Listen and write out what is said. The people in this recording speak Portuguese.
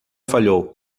falhou